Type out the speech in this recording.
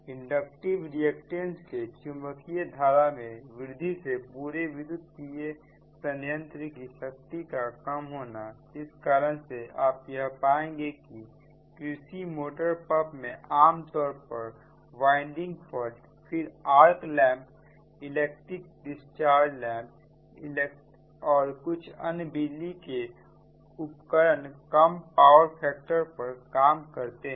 inductive reactance के चुंबकीय धारा में वृद्धि से पूरे विद्युत संयंत्र की शक्ति का कम होना जिस कारण से आप यह पाएंगे कि कृषि मोटर पंप में आमतौर पर वाइंडिंग फॉल्ट फिर arc lamp electric discharge lamp और कुछ अन्य बिजली के उपकरण कम पावर फैक्टर पर काम करते हैं